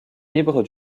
libre